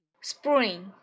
Spring